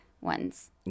ones